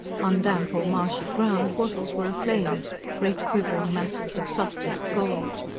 on damp or marshy ground wattles were aflame great quivering masses of softest gold.